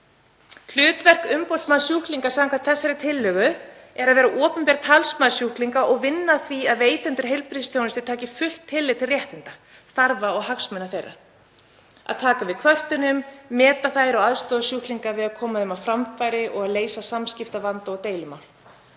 Hlutverk umboðsmanns sjúklinga samkvæmt þessari tillögu er að vera opinber talsmaður sjúklinga og vinna að því að veitendur heilbrigðisþjónustu taki fullt tillit til réttinda, þarfa og hagsmuna þeirra, að taka við kvörtunum, meta þær og aðstoða sjúklinga við að koma þeim á framfæri og að leysa samskiptavanda og deilumál.